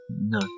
No